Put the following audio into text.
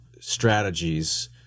strategies